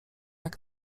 jak